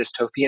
dystopian